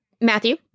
Matthew